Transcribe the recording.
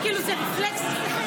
כאילו, זה רפלקס אצלכם?